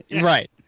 Right